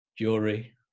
jury